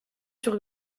sur